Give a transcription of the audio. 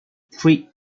three